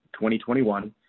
2021